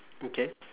okay